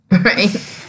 Right